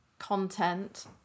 content